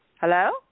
Hello